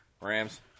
Rams